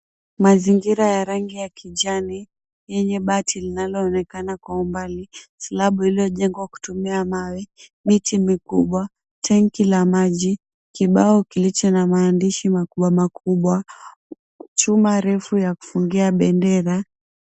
Mazingira ya rangi ya kijani lenye bati linalo onekana kwa umbali, slabu iliojengwa kwa kutumia mawe, miti mikubwa, tenki la maji, kibao kilicho na maandishi makubwa makubwa, chuma refu ya kufungia bendera